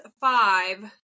five